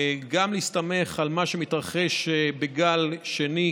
גם להסתמך על מה שמתרחש בגל השני,